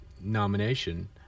nomination